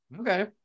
okay